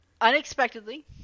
Unexpectedly